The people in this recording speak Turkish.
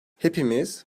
hepimiz